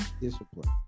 discipline